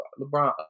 LeBron